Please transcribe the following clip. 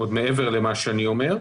עוד מעבר למה שאני אומר.